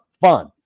fun